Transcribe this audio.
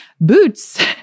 Boots